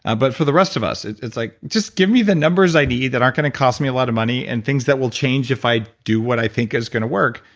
ah but for the rest of us, it's like just give me the numbers i need that aren't gonna cost me a lotta money, and things that will change if i do what i think is gonna work,